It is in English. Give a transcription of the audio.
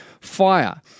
fire